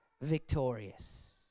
victorious